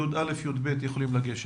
י"א, י"ב יכולים לגשת.